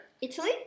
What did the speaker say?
Italy